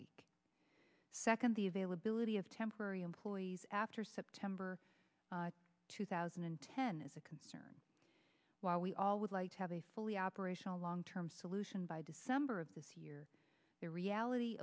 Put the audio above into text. week second the availability of temporary employees after september two thousand and ten is a concern while we all would like to have a fully operational long term solution by december of this year the reality